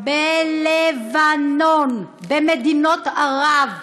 בלבנון, במדינות ערב,